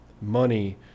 money